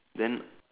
then